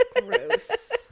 Gross